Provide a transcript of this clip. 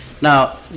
Now